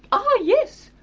um ah yes,